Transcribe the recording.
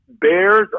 bears